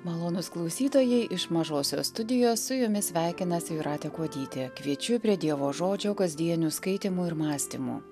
malonūs klausytojai iš mažosios studijos su jumis sveikinasi jūratė kuodytė kviečiu prie dievo žodžio kasdienių skaitymų ir mąstymų